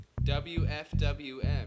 WFWM